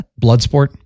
Bloodsport